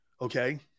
Okay